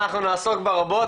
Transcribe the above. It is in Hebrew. אנחנו נעסוק בה רבות,